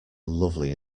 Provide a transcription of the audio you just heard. lovely